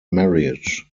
marriage